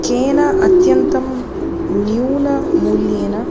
केन अत्यन्तं न्यूनमूल्येन